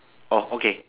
orh okay